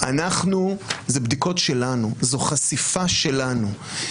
זה בדיקות שלנו, זו חשיפה שלנו.